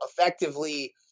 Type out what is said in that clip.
effectively